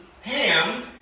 Ham